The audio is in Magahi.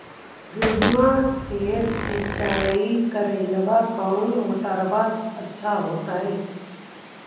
गेहुआ के सिंचाई करेला कौन मोटरबा अच्छा होतई?